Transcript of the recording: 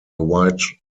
white